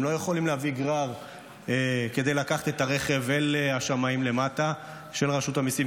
הם לא יכולים להביא גרר כדי לקחת את הרכב אל השמאים של רשות המיסים,